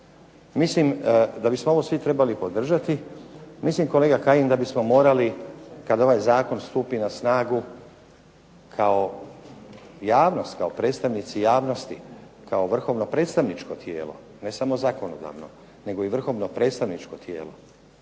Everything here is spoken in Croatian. Mislim da bismo ovo svi trebali podržati. Mislim kolega Kajin da bismo morali kad ovaj Zakon stupi na snagu kao javnost, kao predstavnici javnosti, kao vrhovno predstavničko tijelo ne samo zakonodavno nego i vrhovno predstavničko tijelo